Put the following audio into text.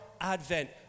Advent